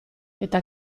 eta